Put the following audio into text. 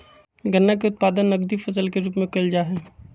गन्ना के उत्पादन नकदी फसल के रूप में कइल जाहई